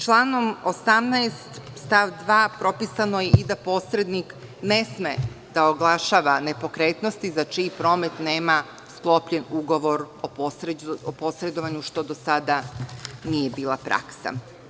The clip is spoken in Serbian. Članom 18. stav 2. propisano je i da posrednik ne sme da oglašava nepokretnosti za čiji promet nema sklopljen ugovor o posredovanju, što do sada nije bila praksa.